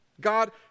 God